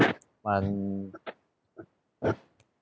one